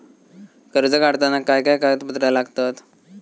कर्ज काढताना काय काय कागदपत्रा लागतत?